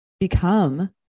become